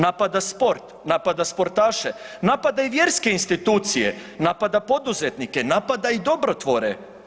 Napada sport, napada sportaše, napada i vjerske institucije, napada poduzetnike, napada i dobrotvore.